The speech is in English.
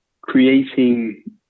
creating